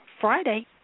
Friday